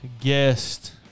guest